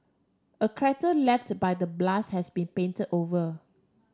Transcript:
a crater left by the blast has been painted over